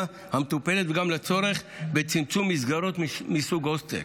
המטופלת וגם לצורך בצמצום מסגרות מסוג הוסטל.